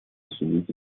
осудить